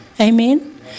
Amen